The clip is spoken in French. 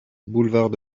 boulevard